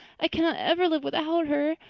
i cannot ever live without her.